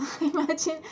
imagine